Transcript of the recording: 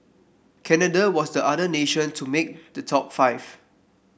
Canada was the other nation to make the top five